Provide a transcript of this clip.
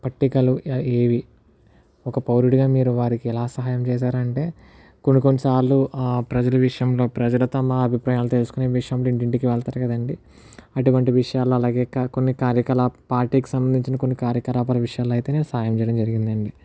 పట్టికలు ఏవి ఒక పౌరుడిగా మీరు వారికి ఎలా సహాయం చేశారంటే కొన్ని కొన్ని సార్లు ప్రజల విషయంలో ప్రజలతో మా అభిప్రాయాలు తీసుకునే విషయంలో ఇంటింటికి వెళ్తారు కదండి అటువంటి విషయాలు అలాగే కాకుండా కొన్ని కార్య పార్టీకి సంబంధించిన కొన్ని కార్యకలాపాల విషయాల్లో అయితే నేను సాయం చేయడం జరిగిందండి